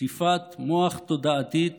שטיפת מוח תודעתית